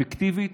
אפקטיבית,